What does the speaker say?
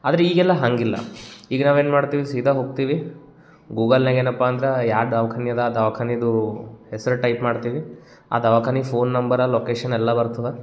ಆದರೆ ಈಗೆಲ್ಲ ಹಾಗಿಲ್ಲ ಈಗ ನಾವು ಏನು ಮಾಡ್ತೀವಿ ಸೀದಾ ಹೋಗ್ತೀವಿ ಗೂಗಲ್ನ್ಯಾಗ ಏನಪ್ಪಾ ಅಂದ್ರೆ ಯಾವ ದವ್ಖಾನೆ ಅದ ಆ ದವಾಖಾನೆದು ಹೆಸ್ರು ಟೈಪ್ ಮಾಡ್ತೀವಿ ಆ ದವಾಖಾನಿಗೆ ಫೋನ್ ನಂಬರ ಲೊಕೇಶನ್ ಎಲ್ಲ ಬರ್ತದ